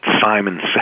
Simon